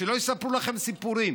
שלא יספרו לכם סיפורים,